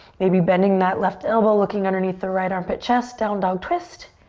maybe bending that left elbow, looking underneath the right armpit chest, down dog twist.